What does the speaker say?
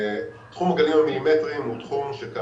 תחום הגלים המילימטריים הוא תחום של ...